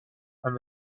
and